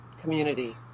community